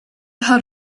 had